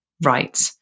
right